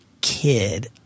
kid